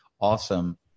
awesome